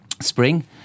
spring